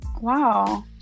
Wow